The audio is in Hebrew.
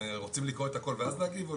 רוצים לקרוא את הכול ואז נגיב?